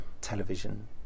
Television